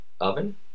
oven